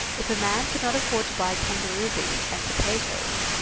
if a man could not afford to buy kangaroo beef and potatoes,